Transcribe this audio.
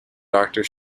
doctor